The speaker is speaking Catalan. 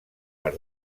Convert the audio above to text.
per